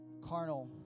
carnal